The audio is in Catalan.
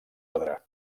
orde